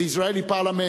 the Israeli Parliament,